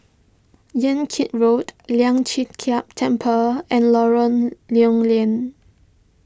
Yan Kit Road Lian Chee Kek Temple and Lorong Lew Lian